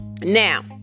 now